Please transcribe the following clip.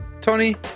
Tony